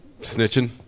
Snitching